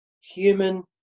human